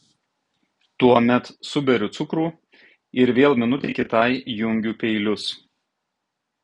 tuomet suberiu cukrų ir vėl minutei kitai jungiu peilius